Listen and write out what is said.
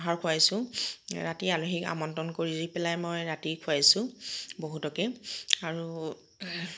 আহাৰ খুৱাইছোঁ ৰাতি আলহীক আমন্ত্ৰণ কৰি পেলাই মই ৰাতি খুৱাইছোঁ বহুতকে আৰু